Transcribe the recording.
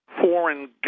foreign